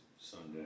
Sunday